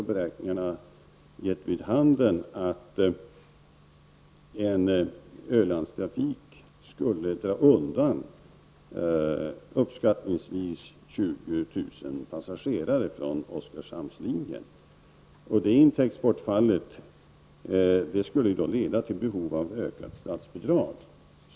Beräkningar har dock gett vid handen att en Ölandstrafik skulle dra undan uppskattningsvis 20 000 passagerare från Oskarshamnslinjen. Det intäktsbortfallet skulle leda till behov av ökat statsbidrag.